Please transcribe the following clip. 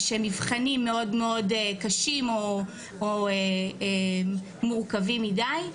שהם מבחנים מאוד קשים או מורכבים מדי,